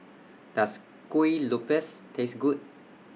Does Kuih Lopes Taste Good